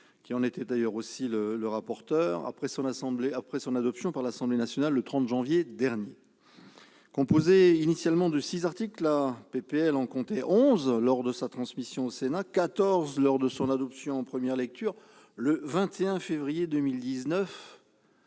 il en est d'ailleurs aussi le rapporteur -, après son adoption par l'Assemblée nationale le 30 janvier dernier. Composée initialement de six articles, la proposition de loi en comptait onze lors de sa transmission au Sénat et quatorze lors de son adoption en première lecture le 21 février 2019-